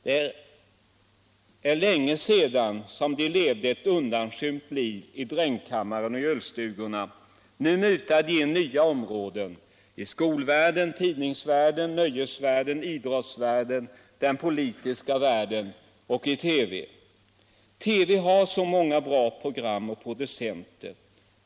Det är länge sedan som de levde ett undanskymt liv i drängkammare och ölstugor. Nu mutar de in nya områden i skolvärlden, tidningsvärlden, nöjesvärlden, idrottsvärlden, den politiska världen och i TV. TV har så många bra program och producenter.